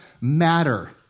matter